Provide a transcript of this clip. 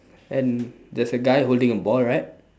and there's a guy holding a ball right